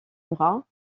bras